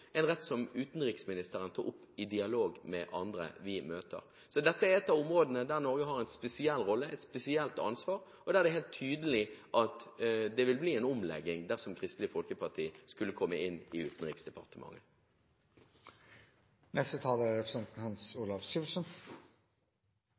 en rett som utenriksministeren tar opp i dialog med andre vi møter. Så dette er et av områdene der Norge har en spesiell rolle, et spesielt ansvar, og der det er helt tydelig at det vil bli en omlegging dersom Kristelig Folkeparti skulle komme inn i Utenriksdepartementet.